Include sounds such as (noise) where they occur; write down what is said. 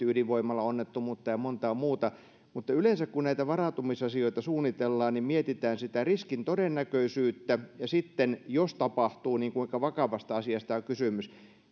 (unintelligible) ydinvoimalaonnettomuutta ja montaa muuta mutta yleensä kun näitä varautumisasioita suunnitellaan mietitään sitä riskin todennäköisyyttä ja sitten jos tapahtuu niin mietitään sitä kuinka vakavasta asiasta on kysymys